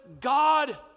God